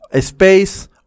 space